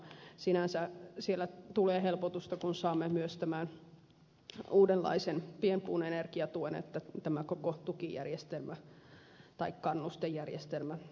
sinänsä siellä tulee helpotusta kun saamme myös tämän uudenlaisen pienpuunenergiatuen ja tämä koko tukijärjestelmä tai kannustejärjestelmä muuttuu